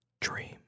dream